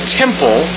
temple